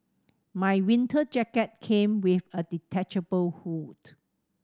my winter jacket came with a detachable hood